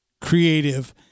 creative